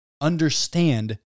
understand